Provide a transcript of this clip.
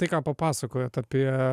tai ką papasakojot apie